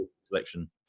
selection